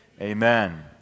Amen